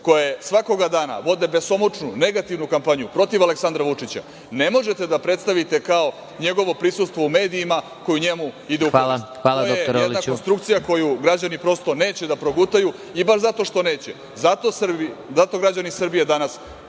koje svakog dana vode besomučnu negativnu kampanju protiv Aleksandra Vučića, ne možete da predstavite kao njegovo prisustvo u medijima koje njemu ide u korist. To je jedna konstrukcija koju građani prosto neće da progutaju, i baš zato što neće, zato građani Srbije danas